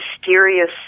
mysterious